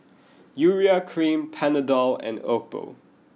Urea Cream Panadol and Oppo